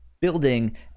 building